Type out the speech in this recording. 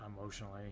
emotionally